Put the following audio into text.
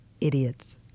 Idiots